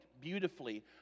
beautifully